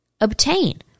obtain